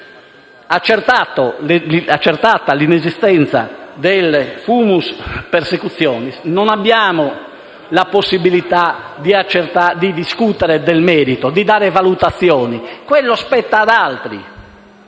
Accertata l'inesistenza del *fumus persecutionis*, non abbiamo la possibilità di discutere del merito e di dare valutazioni. Quello spetta ad altri